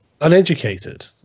uneducated